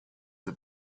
the